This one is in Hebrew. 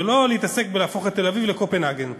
ולא להתעסק בלהפוך את תל-אביב לקופנהגן,